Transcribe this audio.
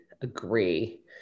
agree